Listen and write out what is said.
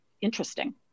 interesting